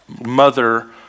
mother